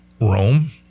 Rome